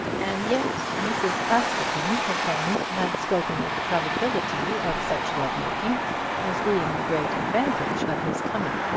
and yet mrs. askerton, her friend, had spoken of the probability of such love-making as being the great advantage of his coming.